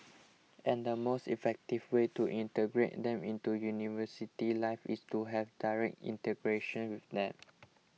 and the most effective way to integrate them into university life is to have direct integration with them